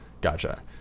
Gotcha